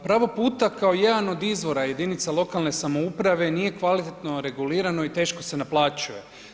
Pravo puta kao jedan od izvora jedinica lokalne samouprave nije kvalitetno regulirano i teško se naplaćuje.